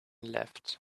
left